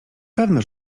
pewno